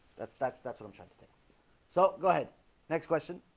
that's that's that's what i'm trying to think so go ahead next question